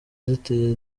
ziteye